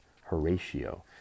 Horatio